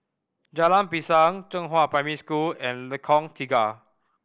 Jalan Pisang Zhenghua Primary School and Lengkong Tiga